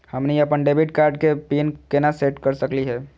हमनी अपन debit card के पीन केना सेट कर सकली हे?